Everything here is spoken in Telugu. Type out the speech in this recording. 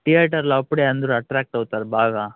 థియేటర్లో అప్పుడే అందరు అట్ట్రాక్ట్ అవుతారు బాగా